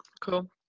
cool